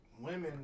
women